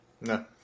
No